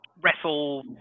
wrestle